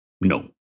no